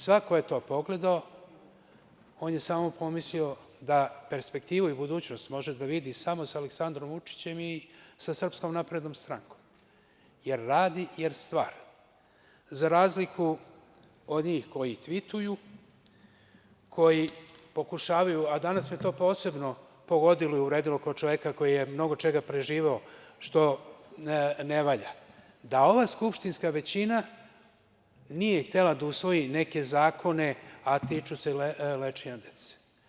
Svako ko je to pogledao on je samo mislio da perspektivu i budućnost može da vidi samo sa Aleksandrom Vučićem i SNS, jer radi, jer stvara, za razliku od njih koji tvituju, koji pokušavaju, a danas me to posebno pogodilo u redovima kao čoveka koji je mnogo čega preživeo što ne valja, da ova skupštinska većina nije htela da usvoji neke zakone, a tiču se lečenja dece.